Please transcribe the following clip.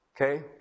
okay